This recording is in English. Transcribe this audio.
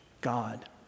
God